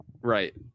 Right